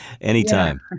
anytime